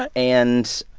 ah and,